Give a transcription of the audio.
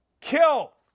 Kill